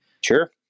Sure